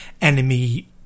enemy